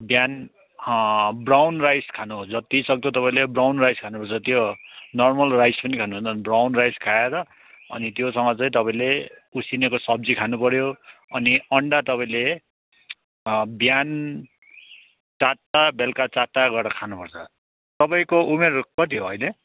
बिहान brown rice खानु जतिसक्दो तपाईँले ब्राउन राइस खानुपर्छ त्यो नर्मल राइस पनि खानु हुँदैन ब्राउन राइस खाएर अनि त्योसँग चाहिँ तपाईँले उसिनेको सब्जी खानुपऱ्यो अनि अन्डा तपाईँले बिहान चारवटा र बेलुका चारवटा गरेर खानुपर्छ तपाईँको उमेर कति हो अहिले